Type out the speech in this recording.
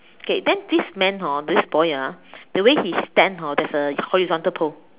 okay then this man hor this boy ah the way he stand hor there's a horizontal pole